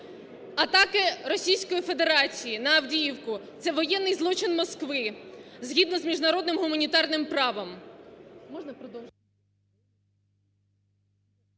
Атаки Російської Федерації на Авдіївку – це воєнний злочин Москви, згідно з Міжнародним гуманітарним правом.